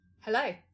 Hello